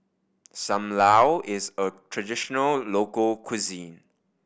Sam Lau is a traditional local cuisine